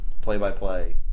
play-by-play